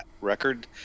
record